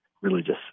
religious